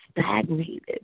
stagnated